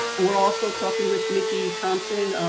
and we're also talking with mickey thompson,